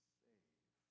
save